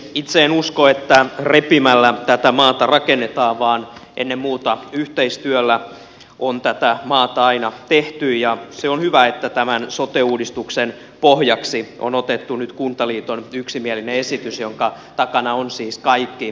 itse en usko että repimällä tätä maata rakennetaan vaan ennen muuta yhteistyöllä on tätä maata aina tehty ja se on hyvä että tämän sote uudistuksen pohjaksi on otettu nyt kuntaliiton yksimielinen esitys jonka takana ovat siis kaikki puolueet